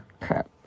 Crap